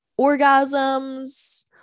orgasms